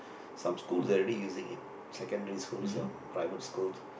some school they are already using it secondary school some private schools